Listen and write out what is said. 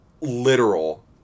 literal